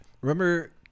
remember